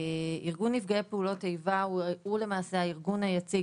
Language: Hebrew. ארגון נפגעי פעולות איבה הוא למעשה הארגון היציג